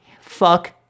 fuck